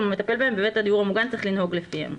ומטפל בהם בבית הדיור המוגן צריך לנהוג לפיהם.